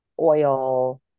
oil